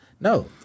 No